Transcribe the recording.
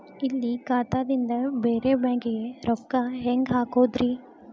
ಇಲ್ಲಿ ಖಾತಾದಿಂದ ಬೇರೆ ಬ್ಯಾಂಕಿಗೆ ರೊಕ್ಕ ಹೆಂಗ್ ಹಾಕೋದ್ರಿ?